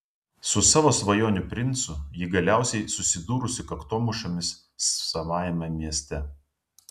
su savo svajonių princu ji galiausiai susidūrusi kaktomušomis savajame mieste